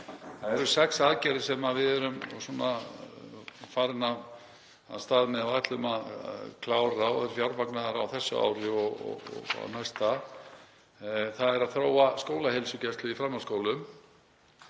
Það eru sex aðgerðir sem við erum farin af stað með og ætlum að klára og eru fjármagnaðar á þessu ári og því næsta. Það er að þróa skólaheilsugæslu í framhaldsskólum,